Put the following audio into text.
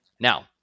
Now